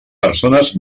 persones